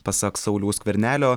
pasak sauliaus skvernelio